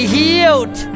healed